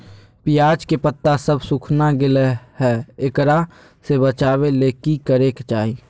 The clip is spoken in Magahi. प्याज के पत्ता सब सुखना गेलै हैं, एकरा से बचाबे ले की करेके चाही?